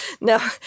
No